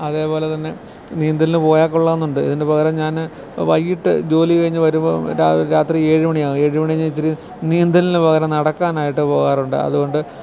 അതേപോലെ തന്നെ നീന്തലിന് പോയാൽ കൊള്ളാമെന്നുണ്ട് ഇതിന് പകരം ഞാൻ വൈകിട്ട് ജോലി കഴിഞ്ഞ് വരുമ്പോൾ രാത്രി ഏഴ് മണിയാകും ഏഴ് മണി ഞാൻ ഇച്ചിരി നീന്തലിന് പകരം നടക്കാനായിട്ട് പോകാറുണ്ട് അതുകൊണ്ട്